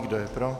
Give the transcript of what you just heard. Kdo je pro?